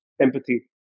empathy